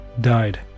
died